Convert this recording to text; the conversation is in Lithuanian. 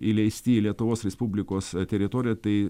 įleisti į lietuvos respublikos teritoriją tai